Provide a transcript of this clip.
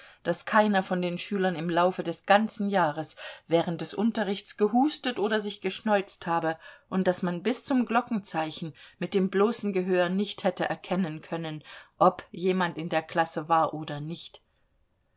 daß keiner von den schülern im laufe des ganzen jahres während des unterrichts gehustet oder sich geschneuzt habe und daß man bis zum glockenzeichen mit dem bloßen gehör nicht hätte erkennen können ob jemand in der klasse war oder nicht